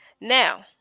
Now